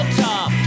top